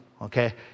Okay